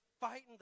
fighting